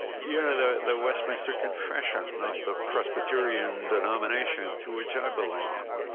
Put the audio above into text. yeah the the westminster confession of the presbyterian denomination to which i belong,